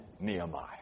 Nehemiah